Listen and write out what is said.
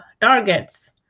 targets